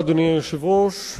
אדוני היושב-ראש,